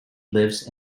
lives